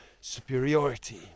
superiority